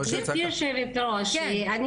גברתי יושבת הראש, שלום רב.